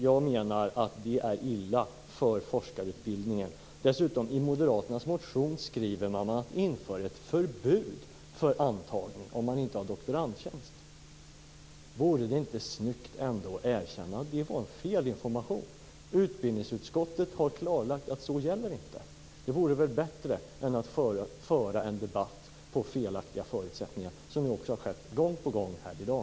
Jag menar att det är illa för forskarutbildningen. I moderaternas motion skriver man dessutom att det införs ett förbud mot antagning av dem som inte har doktorandtjänst. Vore det inte snyggt att erkänna att det var en felinformation? Utbildningsutskottet har klarlagt att det inte gäller. Det vore väl bättre än att föra en debatt på felaktiga förutsättningar, vilket har skett gång på gång här i dag.